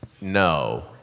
No